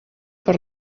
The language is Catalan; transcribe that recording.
per